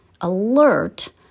alert